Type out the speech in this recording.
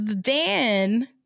Dan